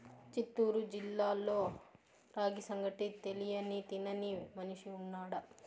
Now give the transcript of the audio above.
చిత్తూరు జిల్లాలో రాగి సంగటి తెలియని తినని మనిషి ఉన్నాడా